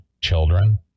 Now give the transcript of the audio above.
children